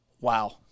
Wow